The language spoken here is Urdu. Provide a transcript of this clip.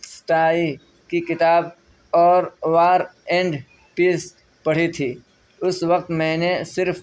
اسٹائی کی کتاب اور وار اینڈ پیس پڑھی تھی اس وقت میں نے صرف